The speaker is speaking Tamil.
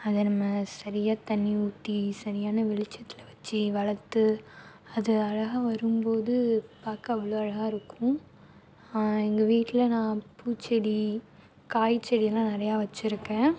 அதை நம்ம சரியாக தண்ணி ஊற்றி சரியான வெளிச்சத்தில் வச்சு வளர்த்து அதை அழகாக வரும்போது பார்க்க அவ்வளோ அழகாயிருக்கும் எங்கள் வீட்டில் நான் பூச்செடி காய்செடியெல்லாம் நிறையா வச்சுருக்கேன்